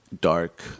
dark